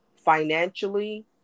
financially